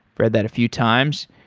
read that a few times.